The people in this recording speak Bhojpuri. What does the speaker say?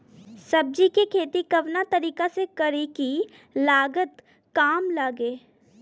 सब्जी के खेती कवना तरीका से करी की लागत काम लगे?